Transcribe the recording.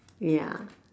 ya